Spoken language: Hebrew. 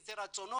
איזה רצונות,